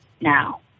now